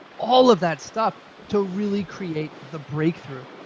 all of that stuff to really create the breakthrough.